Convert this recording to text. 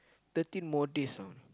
thirteen more days ah